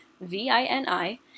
v-i-n-i